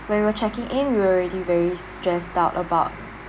when we were checking in we were already very stressed out about